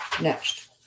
Next